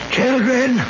Children